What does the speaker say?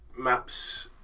maps